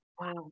wow